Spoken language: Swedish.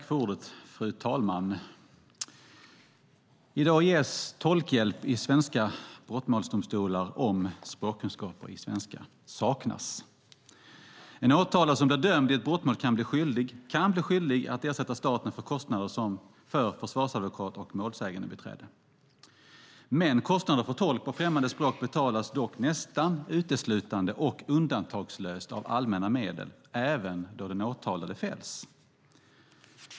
Fru talman! I dag ges tolkhjälp i svenska brottmålsdomstolar om språkkunskaper i svenska saknas. En åtalad som blir dömd i ett brottmål kan bli skyldig att ersätta staten för kostnader för försvarsadvokat och målsägandebiträde. Men kostnader för tolk på främmande språk betalas dock nästan uteslutande och undantagslöst av allmänna medel även då den åtalade fälls.